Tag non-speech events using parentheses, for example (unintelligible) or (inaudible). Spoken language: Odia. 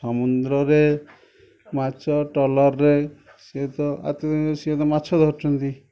ସମୁନ୍ଦ୍ରରେ ମାଛ ଟଲର୍ରେ ସିଏ ତ (unintelligible) ସିଏ ତ ମାଛ ଧରୁଛନ୍ତି